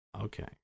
Okay